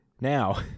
Now